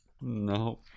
No